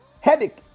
Headache